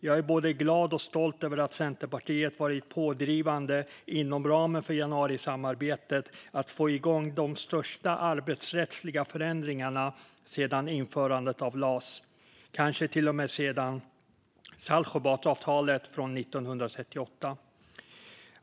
Jag är både glad och stolt över att Centerpartiet varit pådrivande inom ramen för januarisamarbetet för att få igång de största arbetsrättsliga förändringarna sedan införandet av LAS, kanske till och med sedan Saltsjöbadsavtalet från 1938.